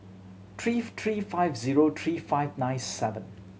three three five zero three five nine seven